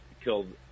killed